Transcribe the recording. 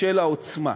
של העוצמה.